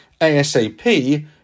ASAP